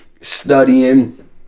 studying